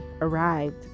arrived